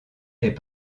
ait